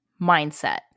mindset